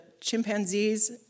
chimpanzees